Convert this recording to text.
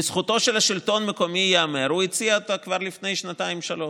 לזכותו של השלטון המקומי ייאמר שהוא הציע אותה כבר לפני שנתיים-שלוש,